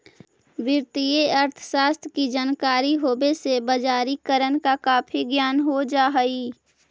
वित्तीय अर्थशास्त्र की जानकारी होवे से बजारिकरण का काफी ज्ञान हो जा हई